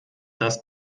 das